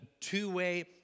two-way